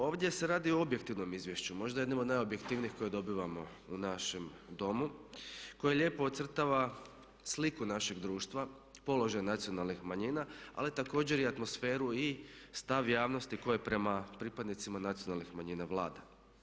Ovdje se radi o objektivnom izvješću, možda jednom od najobjektivnijih koje dobivamo u našem Domu, koji lijepo ocrtava sliku našeg društva, položaj nacionalnih manjina ali također i atmosferu i stav javnosti koji prema pripadnicima nacionalnih manjina vlada.